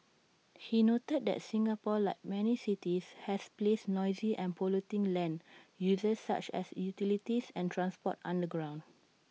he noted that Singapore like many cities has placed noisy and polluting land uses such as utilities and transport underground